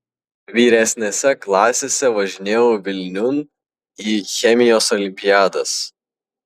vyresnėse klasėse važinėjau vilniun į chemijos olimpiadas